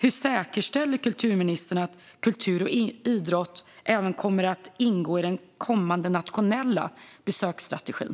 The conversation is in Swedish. Hur säkerställer kulturministern att kultur och idrott kommer att ingå även i den kommande nationella besöksstrategin?